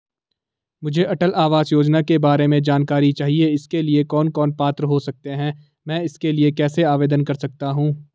मुझे अटल आवास योजना के बारे में जानकारी चाहिए इसके लिए कौन कौन पात्र हो सकते हैं मैं इसके लिए कैसे आवेदन कर सकता हूँ?